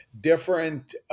different